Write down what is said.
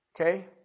Okay